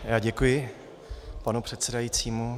Já děkuji panu předsedajícímu.